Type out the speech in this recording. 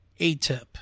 ATIP